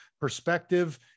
perspective